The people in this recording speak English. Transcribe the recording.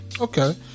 Okay